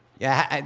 yeah,